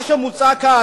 מה שמוצע כאן,